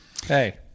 Hey